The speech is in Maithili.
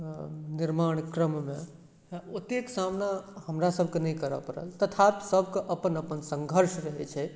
अऽ निर्माणक्रममे ओतेक सामना हमरा सभके नहि करै पड़ल तथापि सभके अपन अपन सङ्घर्ष रहै छै